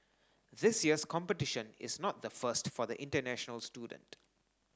this year's competition is not the first for the international student